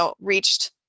reached